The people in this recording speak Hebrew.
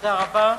תודה רבה.